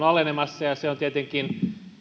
alenemassa ja se on tietenkin